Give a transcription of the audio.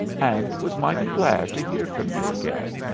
and was mighty glad to hear from you again,